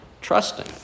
trusting